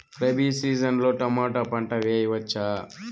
Rabi season లో tomato పంట వేయవచ్చా?